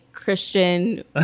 Christian